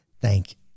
thank